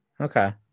Okay